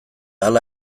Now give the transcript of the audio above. hala